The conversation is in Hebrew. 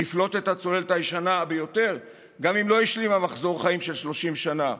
נפלוט את הצוללת הישנה ביותר גם אם לא השלימה מחזור חיים של 30 שנה,